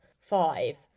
five